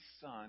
son